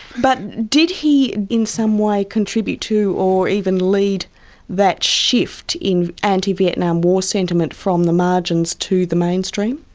but did he, in some way, contribute to or even lead that shift in anti vietnam war sentiment from the margins to the mainstream?